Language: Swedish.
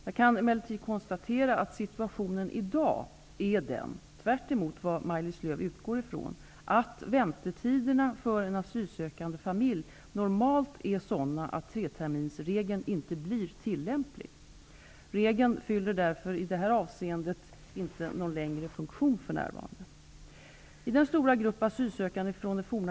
Jag kan emellertid konstatera att situationen i dag är den, tvärtemot vad Maj-Lis Lööw utgår ifrån, att väntetiderna för en asylsökande familj normalt är sådana att treterminersregeln inte blir tillämplig. Regeln fyller därför i detta avseende inte längre någon funktion.